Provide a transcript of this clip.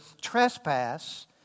trespass